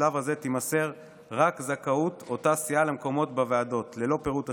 בשלב הזה תימסר רק זכאות אותה סיעה למקומות בוועדות ללא פירוט השמות,